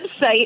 website